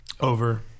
Over